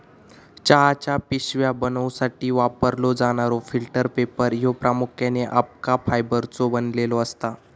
चहाच्या पिशव्या बनवूसाठी वापरलो जाणारो फिल्टर पेपर ह्यो प्रामुख्याने अबका फायबरचो बनलेलो असता